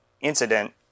incident